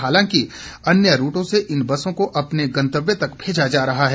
हालांकि अन्य रूटों से इन बसों को अपने गंतव्य तक भेजा जा रहा है